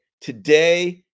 Today